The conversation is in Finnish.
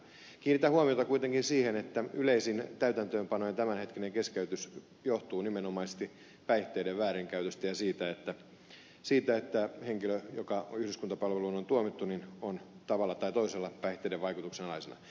kiinnitän huomiota kuitenkin siihen että yleisin täytäntöönpanojen tämänhetkinen keskeytys johtuu nimenomaisesti päihteiden väärinkäytöstä ja siitä että henkilö joka yhdyskuntapalveluun on tuomittu on tavalla tai toisella päihteiden vaikutuksen alaisena